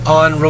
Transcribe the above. on